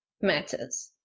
matters